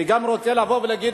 אני גם רוצה לבוא ולהגיד,